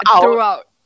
Throughout